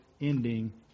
ending